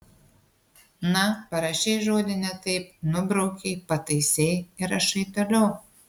na parašei žodį ne taip nubraukei pataisei ir rašai toliau